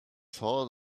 saw